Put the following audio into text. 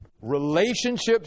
Relationships